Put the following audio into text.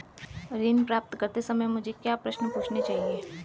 ऋण प्राप्त करते समय मुझे क्या प्रश्न पूछने चाहिए?